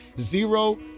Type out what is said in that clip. zero